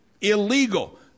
illegal